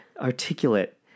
articulate